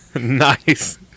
Nice